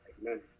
amen